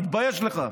תתבייש לך.